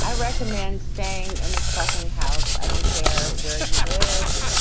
i recommend staying in the fucking house. i don't care where.